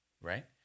right